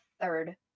third